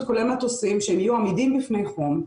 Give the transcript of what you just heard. כולל מטוסים שהם יהיו עמידים בפני חום,